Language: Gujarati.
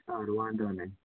સારું વાંધો નહીં